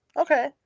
Okay